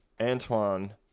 Antoine